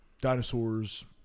dinosaurs